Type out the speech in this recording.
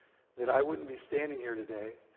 then i wouldn't be standing here today,